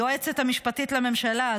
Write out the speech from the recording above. היועצת המשפטית לממשלה,